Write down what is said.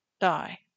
die